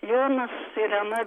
jonas irena